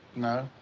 no.